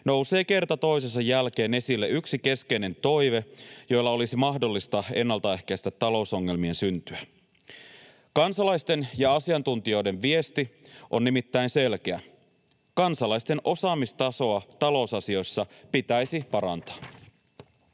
nousee kerta toisensa jälkeen esille yksi keskeinen toive, jolla olisi mahdollista ennaltaehkäistä talousongelmien syntyä. Kansalaisten ja asiantuntijoiden viesti on nimittäin selkeä: kansalaisten osaamistasoa talousasioissa pitäisi parantaa.